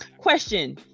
question